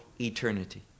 eternity